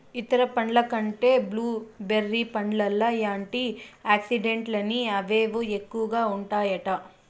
ఇతర పండ్ల కంటే బ్లూ బెర్రీ పండ్లల్ల యాంటీ ఆక్సిడెంట్లని అవేవో ఎక్కువగా ఉంటాయట